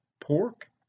pork